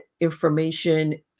information